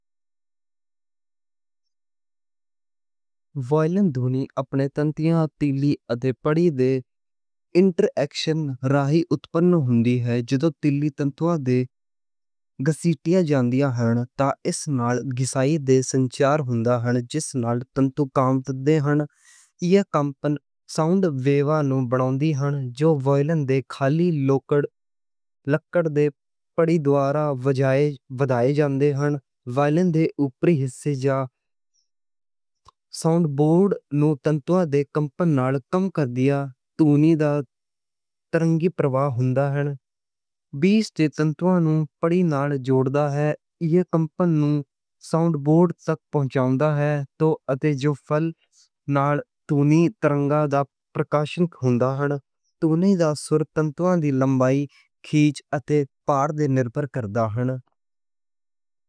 وائلن دھُنی اپنے تنتواں تے تیلی دے آپسی انٹرایکشن دوارہ اتپن ہوندی ہے۔ جو تیلی تنتواں نُوں گسدی ہے۔ تاں اس نال گساؤ دا سنچار ہوندا ہن جس نال تنتری کمپن ہوندے ہن۔ ایہ کمپن ساؤنڈ ویوز نُوں وڈھاؤندے ہن جِدے۔ اپنے دے ایدھے اوپریچے جاے ساؤنڈ ہولز نوں تنتری دے کمپن نال کم دی ہوئی دھُنی طاقت دا پروہا ہوندا ہن۔ بریج دے تنتریاں نوں باڈی نال جوڑیا ہوندا ہے۔ ایہ کمپن نوں ساؤنڈ بورڈ تے پاند پراپر ہوندا ہن۔ تاں اتے جو پھلن دھُنی ترنگاں دا پرکاشن ہوندا ہن۔ دھُنی دا سُر تنتواں دی لمبائی، کھچ اتے موٹائی تے نربھر کردا ہے۔